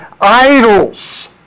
idols